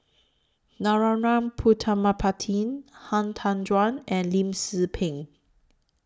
Narana Putumaippittan Han Tan Juan and Lim Tze Peng